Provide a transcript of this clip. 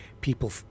people